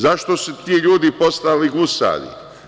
Zašto su ti ljudi postali gusari?